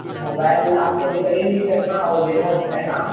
mobile آپ کو repairing بھی کرنا ہے اور لینا بھی ہے نا